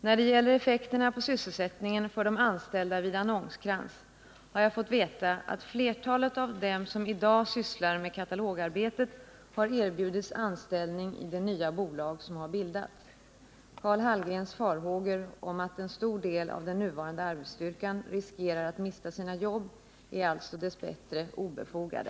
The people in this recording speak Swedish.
När det gäller effekterna på sysselsättningen för de anställda vid Annons Krantz har jag fått veta att flertalet av dem som i dag sysslar med katalogarbetet har erbjudits anställning i det nya bolag som har bildats. Karl Hallgrens farhågor för att en stor del av den nuvarande arbetsstyrkan riskerar att mista sina jobb är alltså dess bättre obefogade.